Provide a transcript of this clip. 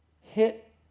hit